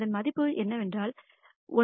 அதன் மதிப்பு என்னவென்றால் 1